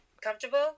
comfortable